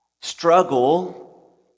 struggle